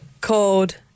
called